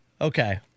Okay